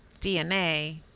DNA